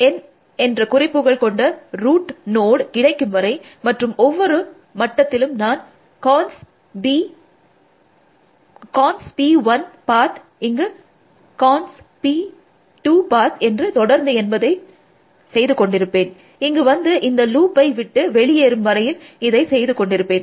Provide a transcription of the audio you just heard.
மாணவர் 1600 P n என்ற குறிப்புகள் கொண்ட ரூட் நோட் கிடைக்கும் வரை மற்றும் ஒவ்வொரு மட்டத்திலும் நான் கான்ஸ் பி ௧ பாத் இங்கு கான்ஸ் பி ௨ பாத் என்று தொடர்ந்து என்பதை செய்து கொண்டிருப்பேன் இங்கு வந்து இந்த லூப்பை விட்டு வெளியேறும் வரையில் இதை செய்து கொண்டிருப்பேன்